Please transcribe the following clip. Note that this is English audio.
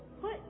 put